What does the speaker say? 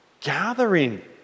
gathering